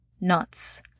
knots